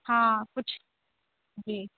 हाँ कुछ जी